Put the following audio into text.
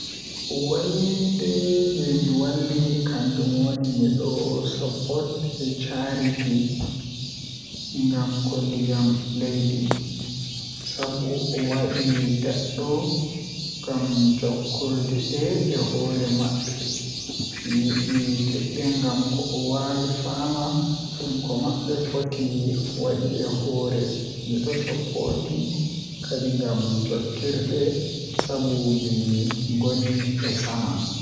Wallinde jei mi walli kannjum woni Miɗo supporti e charity ngal ko ndiyam jeydi, sabu o waɗi daɗɗo ngam jokkondirɗe e hoore maɓɓe. Mi yiɗi tiiɗde ngam ko o wayi faama ɗum ko maɓɓe foti waɗi e hoore. Miɗo supporti kadi ngam jokkondirɗe, sabu mi ngoni e saama.